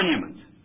monument